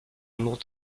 nur